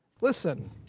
listen